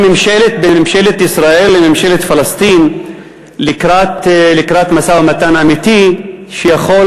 בין ממשלת ישראל לממשלת פלסטין לקראת משא-ומתן אמיתי שיכול